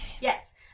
Yes